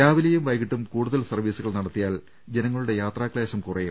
രാവി ലെയും വൈകീട്ടും കൂടുതൽ സർവീസുകൾ നടത്തി യാൽ ജനങ്ങളുടെ യാത്രാക്ലേശം കുറയും